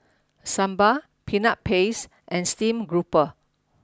Sambal Peanut Paste and Steamed Grouper